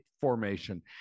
formation